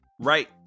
right